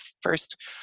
first